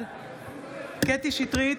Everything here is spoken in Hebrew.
בעד קטי קטרין שטרית,